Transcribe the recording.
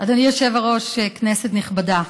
אדוני היושב-ראש, כנסת נכבדה,